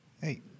Hey